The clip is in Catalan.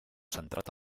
centrat